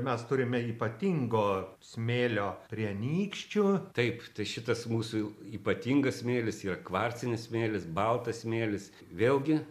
mes turime ypatingo smėlio prie anykščių taip tai šitas mūsų ypatingas smėlis yra kvarcinis smėlis baltas smėlis vėlgi